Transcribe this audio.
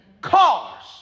cars